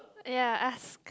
ya ask